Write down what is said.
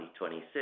2026